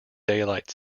daylight